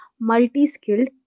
multi-skilled